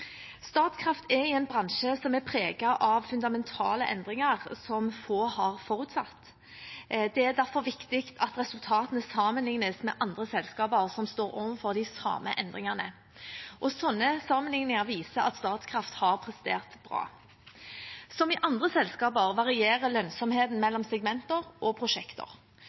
Statkraft er i en bransje som er preget av fundamentale endringer få har forutsett. Det er derfor viktig at resultatene sammenlignes med andre selskaper som står overfor de samme endringene. Sånne sammenligninger viser at Statkraft har prestert bra. Som i andre selskaper varierer lønnsomheten mellom segmenter og prosjekter.